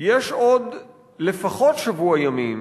יש עוד לפחות שבוע ימים